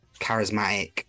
charismatic